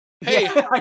hey